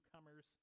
newcomers